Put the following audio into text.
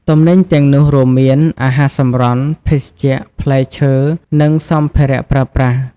ទំនិញទាំងនោះរួមមាន អាហារសម្រន់ ភេសជ្ជៈ ផ្លែឈើ និងសម្ភារៈប្រើប្រាស់។